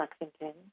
Lexington